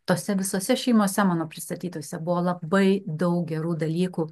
tose visose šeimose mano pristatytose buvo labai daug gerų dalykų